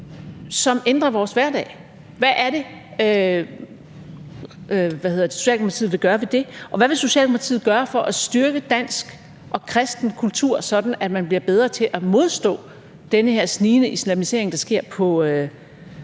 som ændrer vores hverdag? Og hvad vil Socialdemokratiet gøre for at styrke dansk og kristen kultur, sådan at man bliver bedre til at modstå den her snigende islamisering, der sker på